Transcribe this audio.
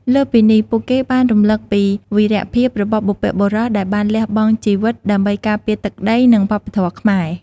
លើសពីនេះ ពួកគេបានរំលឹកពី វីរភាពរបស់បុព្វបុរស ដែលបានលះបង់ជីវិតដើម្បីការពារទឹកដី និងវប្បធម៌ខ្មែរ។